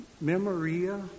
Memoria